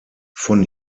von